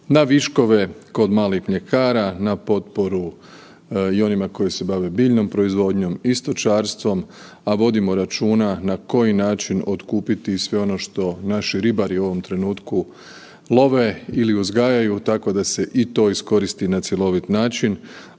na viškove kod malih mljekara, na potporu i onima koji se bave biljnom proizvodnjom i stočarstvom, a vodimo računa na koji način otkupiti i sve ono što naši ribari u ovom trenutku love ili uzgajaju, tako da se i to iskoristi na cjelovit način.